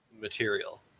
material